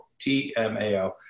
TMAO